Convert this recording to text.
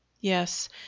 Yes